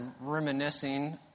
reminiscing